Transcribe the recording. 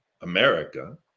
america